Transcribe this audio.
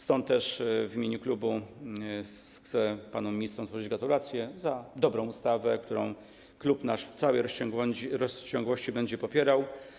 Stąd też w imieniu klubu chcę panom ministrom złożyć gratulacje za dobrą ustawę, którą klub nasz w całej rozciągłości będzie popierał.